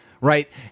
right